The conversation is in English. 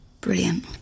Brilliant